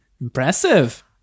Impressive